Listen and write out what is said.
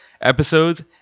episodes